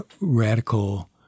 radical